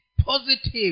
positive